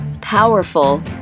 powerful